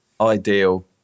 ideal